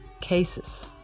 cases